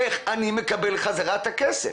איך אני מקבל בחזרה את הכסף?